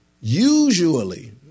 Usually